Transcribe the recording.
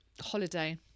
holiday